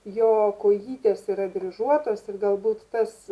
jo kojytės yra dryžuotos ir galbūt tas